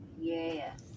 Yes